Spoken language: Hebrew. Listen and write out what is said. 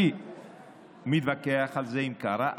אני מתווכח על זה עם קארה,